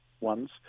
ones